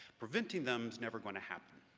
preventing them is never going to happen.